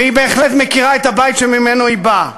והיא בהחלט מכירה את הבית שממנו היא באה,